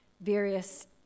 various